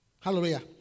hallelujah